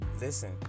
listen